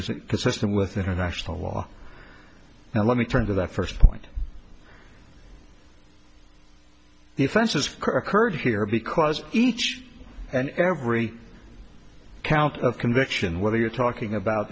isn't consistent with international law now let me turn to that first point the offenses occurred here because each and every count of conviction whether you're talking about